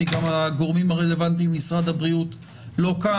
כי גם הגורמים הרלוונטיים ממשרד הבריאות לא כאן,